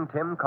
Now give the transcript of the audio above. Tim